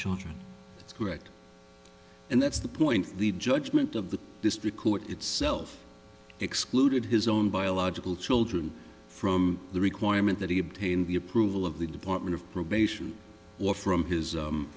children that's correct and that's the point the judgment of the district court itself excluded his own biological children from the requirement that he obtained the approval of the department of probation or from his